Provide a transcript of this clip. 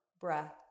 breath